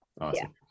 awesome